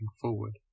forward